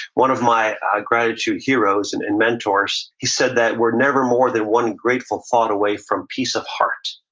one of my gratitude heroes and and mentors, he said that we're never more than one grateful thought away from piece of heart,